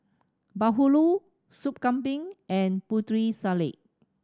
bahulu Soup Kambing and Putri Salad